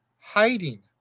hiding